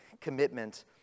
commitment